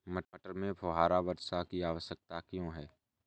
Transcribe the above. मटर में फुहारा वर्षा की आवश्यकता क्यो है?